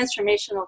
transformational